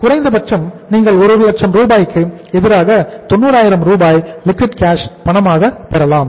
குறைந்தபட்சம் நீங்கள் ஒரு லட்சம் ரூபாய்க்கு எதிராக 90000 ரூபாய் லிக்விட் கேஷ் பணமாக பெறலாம்